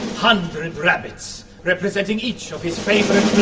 hundred rabbits! representing each of his favourite